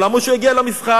למה שהוא יגיע למסחר?